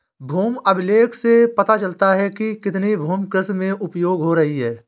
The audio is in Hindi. भूमि अभिलेख से पता चलता है कि कितनी भूमि कृषि में उपयोग हो रही है